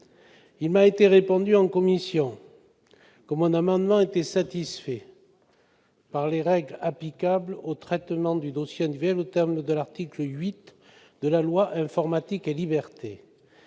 Il m'a été répondu en commission que mon amendement était satisfait par les règles applicables au traitement des dossiers individuels, en vertu de l'article 8 de la loi Informatique et libertés,